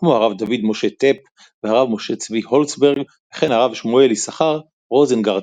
כמו הרב דוד משה טעפ והרב משה צבי הולצברג וכן הרב שמואל ישכר רוזנגרטן,